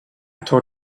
told